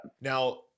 Now